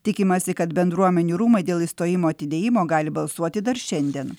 tikimasi kad bendruomenių rūmai dėl išstojimo atidėjimo gali balsuoti dar šiandien